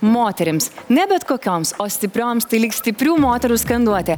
moterims ne bet kokioms o stiprioms tai lyg stiprių moterų skanduotė